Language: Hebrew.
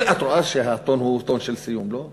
את רואה שהטון הוא טון של סיום, לא?